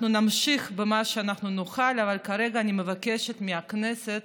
אנחנו נמשיך במה שנוכל, אבל כרגע אני מבקשת מהכנסת